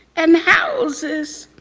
and houses.